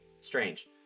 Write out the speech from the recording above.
Strange